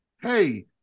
hey